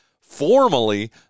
formally